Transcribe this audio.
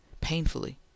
painfully